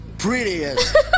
Prettiest